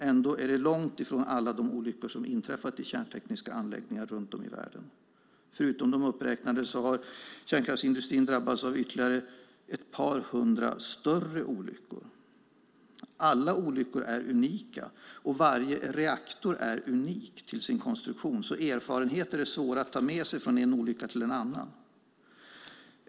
Ändå är dessa olyckor långt ifrån alla de olyckor som har inträffat i kärntekniska anläggningar runt om i världen. Förutom de uppräknade har kärnkraftsindustrin drabbats av ytterligare ett par hundra större olyckor. Alla olyckor är unika, och varje reaktor är unik till konstruktionen, så erfarenheter är svåra att ta med sig från en olycka till en annan olycka.